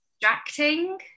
distracting